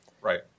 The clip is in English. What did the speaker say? Right